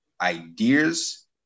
ideas